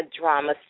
Drama